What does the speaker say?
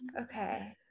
Okay